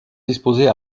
disposait